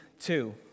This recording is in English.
two